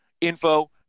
info